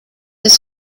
des